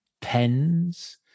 pens